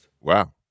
wow